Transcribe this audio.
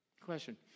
Question